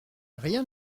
rien